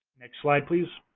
next slide, please.